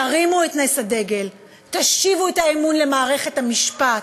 תרימו את נס הדגל, תשיבו את האמון במערכת המשפט,